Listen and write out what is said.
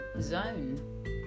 zone